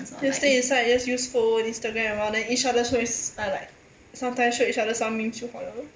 just stay inside just use phone Instagram awhile then each other face are like sometimes show each other some memes 就好了咯